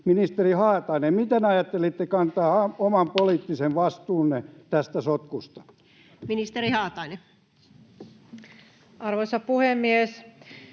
Ministeri Haatainen, miten ajattelitte kantaa oman poliittisen vastuunne tästä sotkusta? Ministeri Haatainen. Arvoisa puhemies!